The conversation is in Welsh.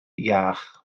iach